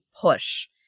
push